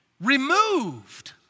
removed